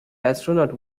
astronaut